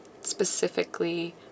specifically